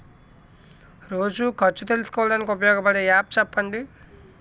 రోజు ఖర్చు తెలుసుకోవడానికి ఉపయోగపడే యాప్ చెప్పండీ?